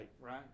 Right